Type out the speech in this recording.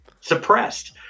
suppressed